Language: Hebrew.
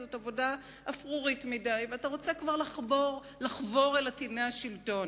זאת עבודה אפרורית מדי ואתה רוצה כבר לחבור אל עטיני השלטון.